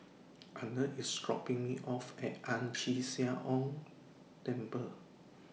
Arnett IS dropping Me off At Ang Chee Sia Ong Temple